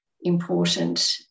important